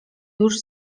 już